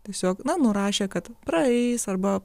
tiesiog nurašę kad praeis arba